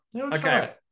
Okay